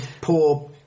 poor